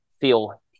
feel